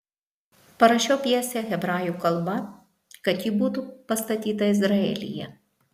parašiau pjesę hebrajų kalba kad ji būtų pastatyta izraelyje